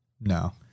No